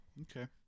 okay